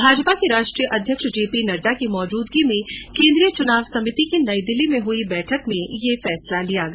भाजपा के राष्ट्रीय अध्यक्ष जेपी नड़डा की मौजूदगी में केंद्रीय चुनाव समिति की नई दिल्ली में हुई बैठक में ये फैसला लिया गया